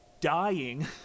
dying